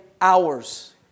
hours